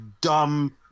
dumb